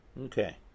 Okay